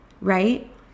right